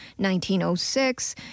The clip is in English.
1906